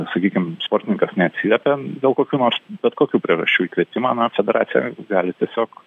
sakykim sportininkas neatsiliepia dėl kokių nors bet kokių priežasčių į kvietimą na federacija gali tiesiog